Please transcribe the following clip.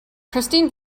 christine